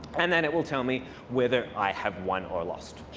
and then it will tell me whether i have won or lost.